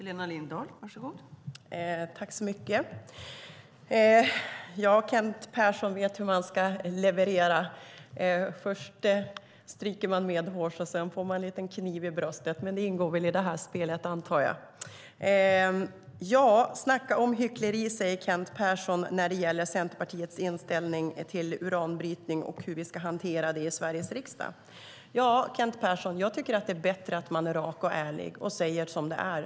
Fru talman! Kent Persson vet hur han ska leverera. Först stryks man medhårs, och sedan får man en kniv i ryggen. Det ingår väl i spelet, antar jag. Snacka om hyckleri, säger Kent Persson när det gäller Centerpartiets inställning till uranbrytning och hur vi ska hantera det i Sveriges riksdag. Ja, Kent Persson, jag tycker att det är bättre att man är rak och ärlig och säger som det är.